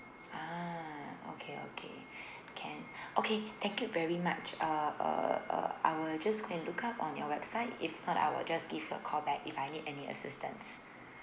ah okay okay can okay thank you very much uh uh uh I will just go and look up on your website if not I will just give a call back if I need any assistance